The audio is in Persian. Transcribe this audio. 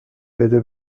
بده